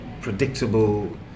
predictable